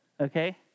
okay